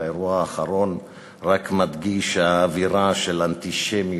והאירוע האחרון רק מדגיש שהאווירה של האנטישמיות,